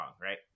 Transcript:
right